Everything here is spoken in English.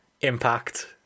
Impact